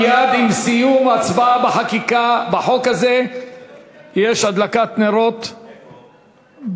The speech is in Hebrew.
מייד עם סיום ההצבעה על חוק זה יש הדלקת נרות בטרקלין,